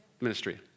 ministry